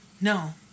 No